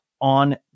on